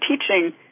teaching